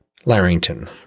Larrington